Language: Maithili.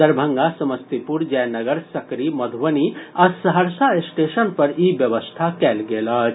दरभंगा समस्तीपुर जयनगर सकरी मधुबनी आ सहरसा स्टेशन पर ई व्यवस्था कयल गेल अछि